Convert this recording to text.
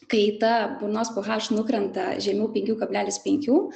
kai ta burnos ph nukrenta žemiau penkių kablelis penkių